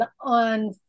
on